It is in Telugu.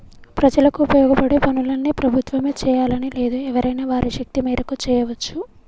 ప్రజలకు ఉపయోగపడే పనులన్నీ ప్రభుత్వమే చేయాలని లేదు ఎవరైనా వారి శక్తి మేరకు చేయవచ్చు